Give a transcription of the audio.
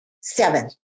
seven